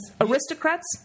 Aristocrats